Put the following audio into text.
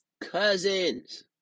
Cousins